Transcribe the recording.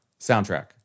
soundtrack